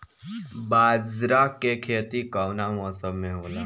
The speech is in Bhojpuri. बाजरा के खेती कवना मौसम मे होला?